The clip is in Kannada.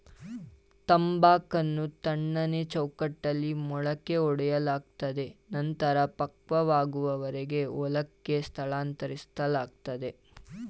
ತಂಬಾಕನ್ನು ತಣ್ಣನೆ ಚೌಕಟ್ಟಲ್ಲಿ ಮೊಳಕೆಯೊಡೆಯಲಾಗ್ತದೆ ನಂತ್ರ ಪಕ್ವವಾಗುವರೆಗೆ ಹೊಲಕ್ಕೆ ಸ್ಥಳಾಂತರಿಸ್ಲಾಗ್ತದೆ